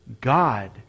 God